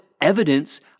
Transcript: evidence